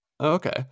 Okay